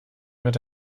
wird